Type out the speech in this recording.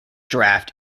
draft